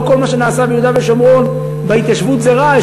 לא כל מה שנעשה ביהודה ושומרון בהתיישבות זה רע,